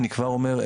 אני כבר אומר,